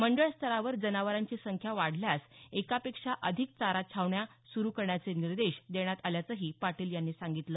मंडळस्तरावर जनावरांची संख्या वाढल्यास एकापेक्षा अधिक चारा छावण्या सुरू करण्याचे निर्देश देण्यात आल्याचंही पाटील यांनी सांगितलं